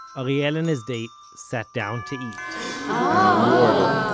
ah ariel and his date sat down to eat and we order,